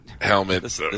helmet